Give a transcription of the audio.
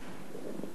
משרד הרווחה,